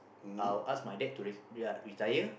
I'll ask my dad to re~ uh retire